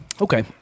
Okay